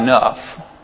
enough